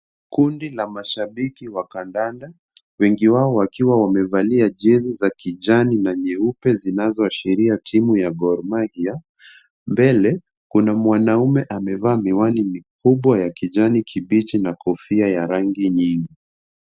Kundi la mashabiki wa kandanda, wengi wao wakiwa wamevalia jezi za kijani na nyeupe zinazoashiria timu ya Gor Mahia. Mbele, kuna mwanaume amevaa miwani mikubwa ya kijani kibichi na kofia ya rangi nyingi.